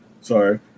sorry